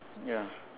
ya